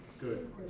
Good